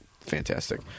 fantastic